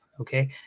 okay